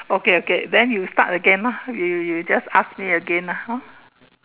okay okay then you start again ah you you just ask me again ah hor